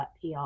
PR